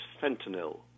fentanyl